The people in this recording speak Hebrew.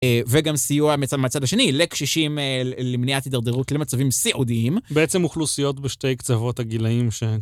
וגם סיוע, מהצד השני, לקשישים למניעת הידרדרות למצבים סיעודיים. בעצם אוכלוסיות בשתי קצוות הגילאים ש...